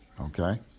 okay